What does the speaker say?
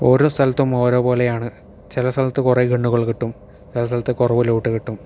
ഓരോ സ്ഥലത്തും ഓരോപോലെ ആണ് ചില സ്ഥലത്ത് കുറേ ഗണ്ണുകൾ കിട്ടും ചില സ്ഥലത്ത് കുറവ് ലൂട്ട് കിട്ടും